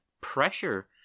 pressure